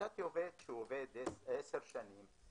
מצאתי עובד שעובד 10 שנים,